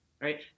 right